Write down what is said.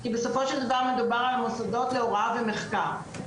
כי בסופו של דבר מדובר במוסדות להוראה ומחקר.